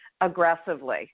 aggressively